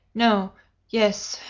no yes!